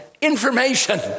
information